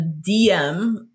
DM